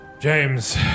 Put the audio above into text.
James